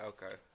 Okay